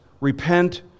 repent